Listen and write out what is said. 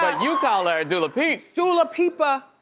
ah you call her dula peep. dula pipa.